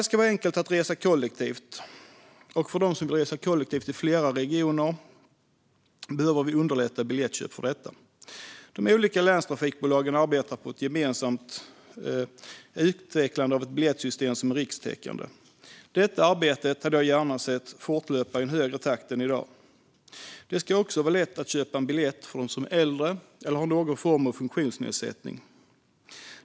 Det ska vara enkelt att resa kollektivt, och för dem som vill resa kollektivt i flera regioner behöver vi underlätta biljettköp för detta. De olika länstrafikbolagen arbetar på att gemensamt utveckla ett biljettsystem som är rikstäckande. Detta arbete hade jag gärna sett fortlöpa i en högre takt än i dag. Det ska också vara lätt att köpa en biljett för dem som är äldre eller har någon form av funktionsnedsättning.